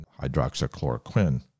hydroxychloroquine